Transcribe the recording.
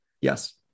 Yes